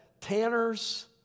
Tanner's